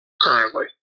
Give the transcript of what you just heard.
Currently